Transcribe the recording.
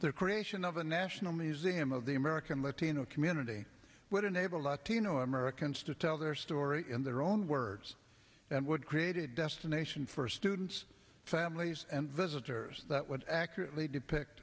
the creation of a national museum of the american latino community would enable latino americans to tell their story in their own words and would create a destination for students families and visitors that would accurately depict